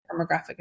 demographic